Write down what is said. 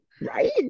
Right